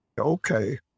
okay